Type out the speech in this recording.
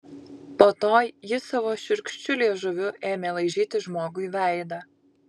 po to jis savo šiurkščiu liežuviu ėmė laižyti žmogui veidą